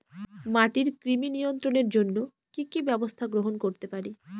মাটির কৃমি নিয়ন্ত্রণের জন্য কি কি ব্যবস্থা গ্রহণ করতে পারি?